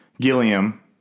Gilliam